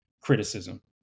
criticism